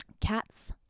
Cats